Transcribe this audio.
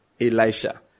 Elisha